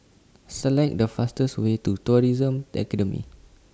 Select The fastest Way to Tourism Academy